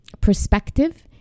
perspective